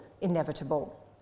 inevitable